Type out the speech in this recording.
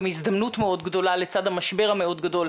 הזדמנות מאוד גדולה לצד המשבר המאוד גדול,